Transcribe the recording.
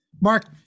Mark